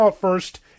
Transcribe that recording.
first